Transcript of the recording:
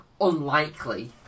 unlikely